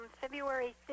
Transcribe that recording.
February